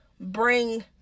bring